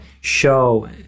show